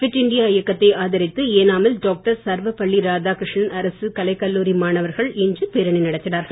bit India இயக்கத்தை ஆதரித்து ஏனாமில் டாக்டர் சர்வபள்ளி ராதாகிருஷ்ணன் அரசு கலைக் கல்லூரி மாணவர்கள் இன்று பேரணி நடத்தினார்கள்